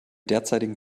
derzeitigen